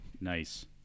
Nice